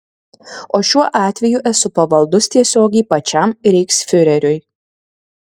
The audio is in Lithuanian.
o šiuo atveju esu pavaldus tiesiogiai pačiam reichsfiureriui